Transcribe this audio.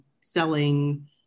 selling